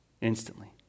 Instantly